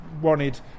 wanted